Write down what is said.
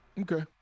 Okay